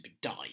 die